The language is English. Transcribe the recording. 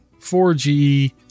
4G